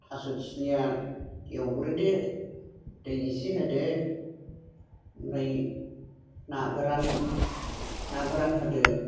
थास' खिलिया एवग्रोदो दै इसे होदो ओमफ्राय ना गोरान ना गोरान होदो